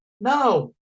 No